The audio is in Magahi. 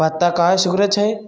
पत्ता काहे सिकुड़े छई?